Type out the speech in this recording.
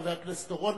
חבר הכנסת אורון,